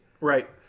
Right